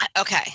Okay